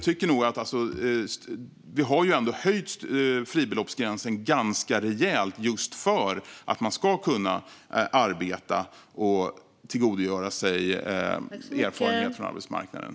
Vi har ändå höjt fribeloppsgränsen ganska rejält just för att man ska kunna arbeta och tillgodogöra sig erfarenheter från arbetsmarknaden.